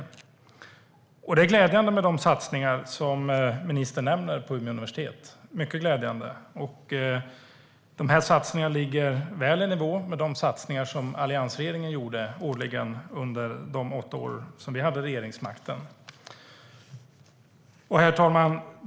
Det är mycket glädjande med de satsningar på Umeå universitet som ministern nämner. Satsningarna ligger väl i nivå med de satsningar som alliansregeringen gjorde årligen under de åtta år då vi hade regeringsmakten. Herr talman!